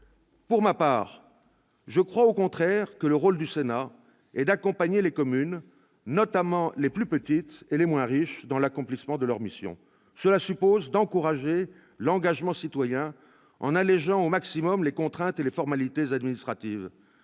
Pour ma part, je crois, au contraire, que le rôle du Sénat est d'accompagner les communes, notamment les plus petites et les moins riches, dans l'accomplissement de leurs missions. Cela suppose d'encourager l'engagement citoyen en allégeant au maximum les contraintes et les formalités administratives.